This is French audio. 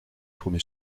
premiers